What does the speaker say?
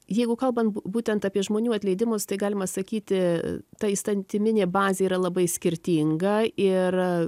jeigu kalbant būtent apie žmonių atleidimus tai galima sakyti ta įstatyminė bazė yra labai skirtinga ir